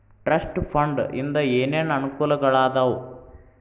trust fund ಇಂದ ಏನೇನ್ ಅನುಕೂಲಗಳಾದವ